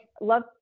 love